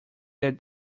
that